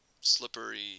Slippery